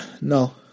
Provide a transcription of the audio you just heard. No